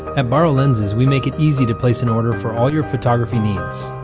at borrowlenses we make it easy to place an order for all your photography needs.